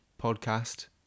podcast